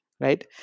right